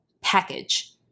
package